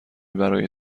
برای